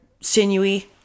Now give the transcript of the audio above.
sinewy